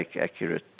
accurate